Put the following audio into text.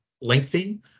lengthy